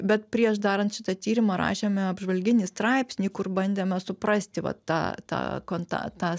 bet prieš darant šitą tyrimą rašėme apžvalginį straipsnį kur bandėme suprasti vat tą tą konta tą